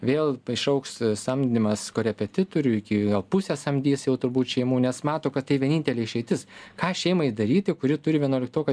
vėl išaugs samdymas korepetitorių iki pusę samdys jau turbūt šeimų nes mato kad tai vienintelė išeitis ką šeimai daryti kuri turi vienuoliktoką